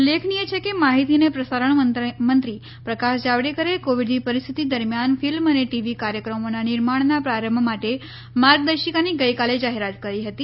ઉલ્લેખનીય છે કે માહિતી અને પ્રસારણ મંત્રી પ્રકાશ જાવડેકરે કોવિડની પરિસ્થિતિ દરમિયાન ફિલ્મ અને ટીવી કાર્યક્રમોના નિર્માણના પ્રારંભ માટે માર્ગદર્શિકાની ગઈકાલે જાહેરાત કરી હતી